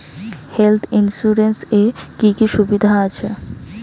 Health insurance এ কি কি সুবিধা আছে?